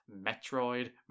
Metroid